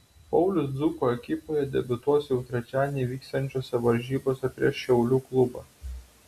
paulius dzūkų ekipoje debiutuos jau trečiadienį vyksiančiose varžybose prieš šiaulių klubą